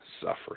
suffering